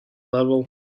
level